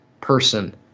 person